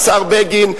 השר בגין,